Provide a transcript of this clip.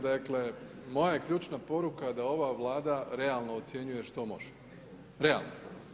Dakle, moja je ključna poruka da ova Vlada realno ocjenjuje što može, realno.